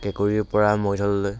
কেঁকুৰীৰপৰা মৰিধললৈ